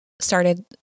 started